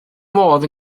modd